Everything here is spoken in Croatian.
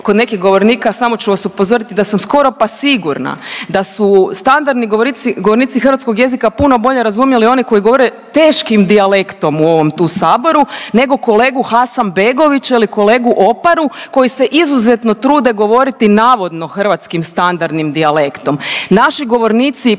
kod nekih govornika samo ću vas upozoriti da sam skoro pa sigurna da su standardni govornici, govornici hrvatskog jezika puno bolje razumjele one koji govore teškim dijalektom u ovom tu saboru nego kolegu Hasanbegovića ili kolegu Oparu koji se izuzetno trude govoriti navodno hrvatskim standardnim dijalektom. Naši govornici